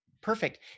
Perfect